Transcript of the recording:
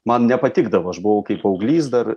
man nepatikdavo aš buvau kaip paauglys dar